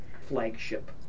flagship